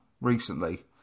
recently